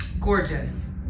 Gorgeous